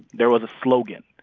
there was a slogan.